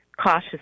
cautious